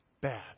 bad